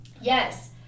Yes